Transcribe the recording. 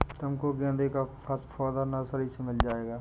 तुमको गेंदे का पौधा नर्सरी से भी मिल जाएगा